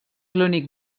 l’únic